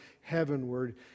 heavenward